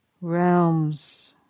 realms